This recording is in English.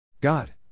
God